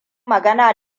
magana